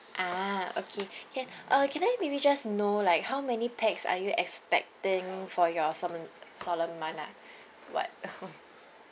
ah okay can uh can I maybe just know like how many pax are you expecting for your solem~ solemni~ what